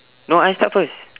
no I start first